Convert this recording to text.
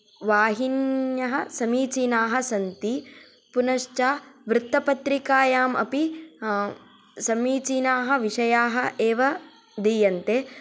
वाहिन्यः समीचिनाः सन्ति पुनश्च वृत्तपत्रिकायामपि समीचिनाः विषयाः एव दीयन्ते